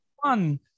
One